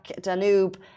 Danube